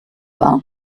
war